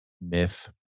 myth